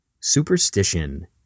Superstition